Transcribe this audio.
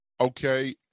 okay